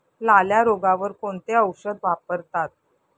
लाल्या रोगावर कोणते औषध वापरतात?